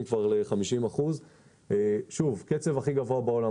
כבר ל-50% שזה הקצב הכי גבוה בעולם.